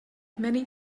many